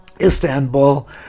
istanbul